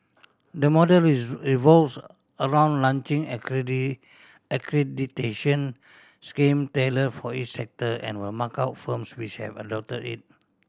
the model revolves around launching accreditation scheme tailor for each sector and will mark out firms which have adopt it